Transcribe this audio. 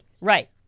right